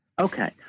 Okay